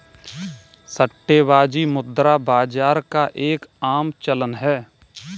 सट्टेबाजी मुद्रा बाजार का एक आम चलन है